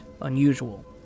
unusual